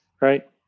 right